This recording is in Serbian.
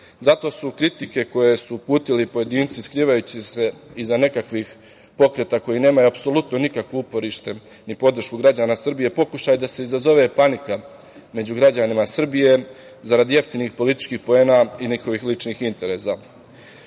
Zato su kritike koje su uputili pojedinci skrivajući se iza nekakvih pokreta koji nemaju apsolutno nikakvo uporište ni podršku građana Srbije pokušaj da se izazove panika među građanima Srbije zarad jeftinih političkih poena i njihovih ličnih interesa.